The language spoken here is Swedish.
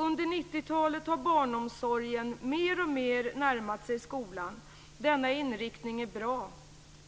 Under 90-talet har barnomsorgen mer och mer närmat sig skolan. Denna inriktning är bra.